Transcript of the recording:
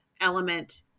element